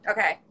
Okay